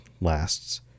lasts